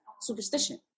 superstition